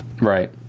Right